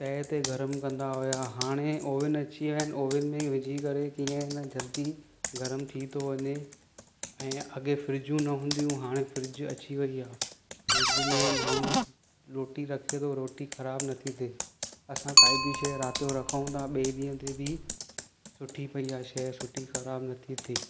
तए ते गरमु कंदा हुआ हाणे ओवन अची विया आहिनि ओवन में विझी करे कीअं न जल्दी गरमु थी थो वञे ऐं अॻे फ्रिजियूं न हुंदियूं हाणे फ्रिज अची वेई आहे फ्रिज में माण्हुनि खे रोटी रखे थो रोटी ख़राबु नथी थिए असां काई बि शइ राति जो रखूं त ॿिए ॾींहुं ते बि सुठी पेई आहे शइ सुठी ख़राबु नथी थिए